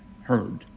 heard